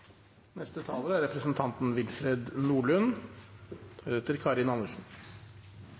Neste taler er representanten